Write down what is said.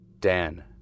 Dan